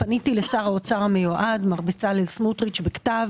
פניתי לשר המיועד מר בצלאל סמוטריץ בכתב